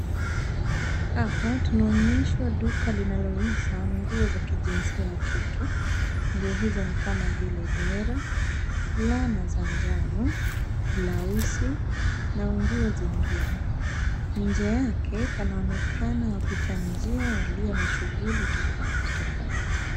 Hapa tunaonyeshwa duka linalouza nguo za kijinsia ya kike. Nguo hizo ni kama vile dera, fulana za njano, blausi na nguo zingine. Nje yake panaonekana wapita njia waliona shughuli tofauti tofauti.